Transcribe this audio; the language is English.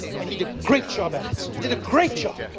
and he did a great job at it, he did a great job